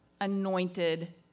anointed